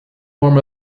form